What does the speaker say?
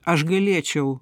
aš galėčiau